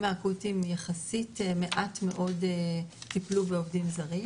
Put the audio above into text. האקוטיים יחסית מעט מאוד טיפלו בעובדים זרים,